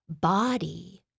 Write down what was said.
body